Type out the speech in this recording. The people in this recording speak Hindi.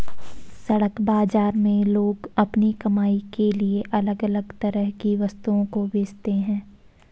सड़क बाजार में लोग अपनी कमाई के लिए अलग अलग तरह की वस्तुओं को बेचते है